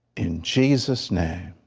in jesus name,